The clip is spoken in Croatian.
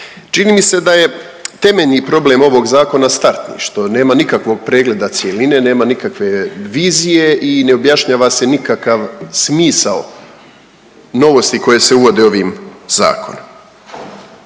Čini mi se da je temeljni problem ovog Zakona startni, što nema nikakvog pregleda cjeline, nema nikakve vizije i ne objašnjava se nikakav smisao novosti koje se uvode ovim Zakonom.